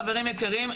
חברים יקרים,